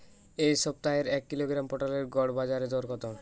এ সপ্তাহের এক কিলোগ্রাম পটলের গড় বাজারে দর কত?